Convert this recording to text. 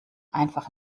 einfach